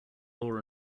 law